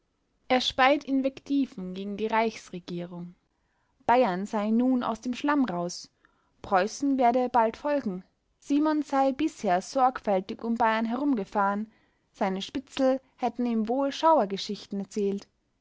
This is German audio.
er speit invectiven gegen die reichsregierung bayern sei nun aus dem schlamm raus preußen werde bald folgen simons sei bisher sorgfältig um bayern herumgefahren seine spitzel hätten ihm wohl schauergeschichten erzählt